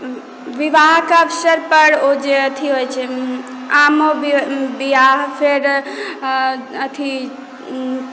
विवाहके अवसर पर ओ जे एथी होइ छै आम महु बियाह फेर अथी